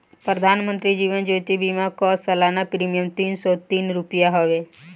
प्रधानमंत्री जीवन ज्योति बीमा योजना कअ सलाना प्रीमियर तीन सौ तीस रुपिया हवे